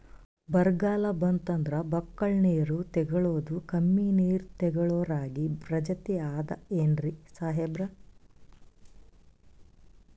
ಬರ್ಗಾಲ್ ಬಂತಂದ್ರ ಬಕ್ಕುಳ ನೀರ್ ತೆಗಳೋದೆ, ಕಮ್ಮಿ ನೀರ್ ತೆಗಳೋ ರಾಗಿ ಪ್ರಜಾತಿ ಆದ್ ಏನ್ರಿ ಸಾಹೇಬ್ರ?